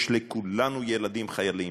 יש לכולנו ילדים חיילים.